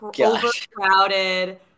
overcrowded